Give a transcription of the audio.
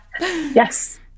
yes